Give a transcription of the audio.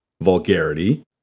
vulgarity